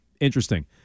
Interesting